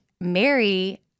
Mary